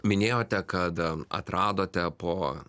minėjote kad atradote po